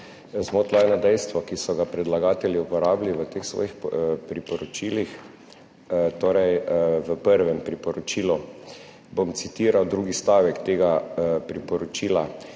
zmotilo eno dejstvo, ki so ga predlagatelji uporabili v teh svojih priporočilih. Torej, v prvem priporočilu bom citiral drugi stavek tega priporočila: